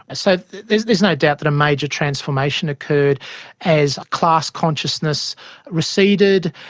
ah so there's there's no doubt that a major transformation occurred as class-consciousness receded,